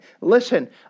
listen